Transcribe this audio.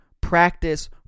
practice